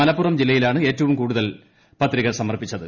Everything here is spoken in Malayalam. മലപ്പുറം ജില്ലയിലാണ് ഏറ്റവും കൂടുതൽ പത്രിക സമർപ്പിച്ചത്